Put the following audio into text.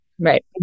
Right